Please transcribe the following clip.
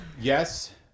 yes